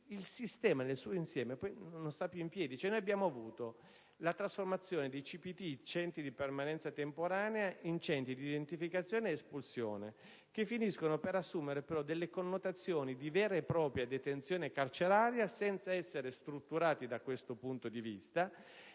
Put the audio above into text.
il sistema nel suo insieme non sta più in piedi: